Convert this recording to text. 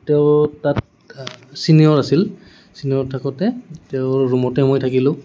তেওঁ তাত চিনিয়ৰ আছিল চিনিয়ৰ থাকোঁতে তেওঁৰ ৰুমতে মই থাকিলোঁ